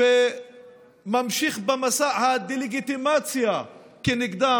וממשיך במסע הדה-לגיטימציה נגדם,